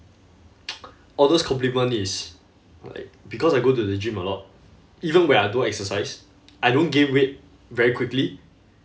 all those compliment is like because I go to the gym a lot even when I don't exercise I don't gain weight very quickly